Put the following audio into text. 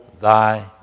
thy